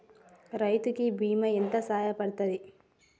రైతు కి బీమా ఎంత సాయపడ్తది?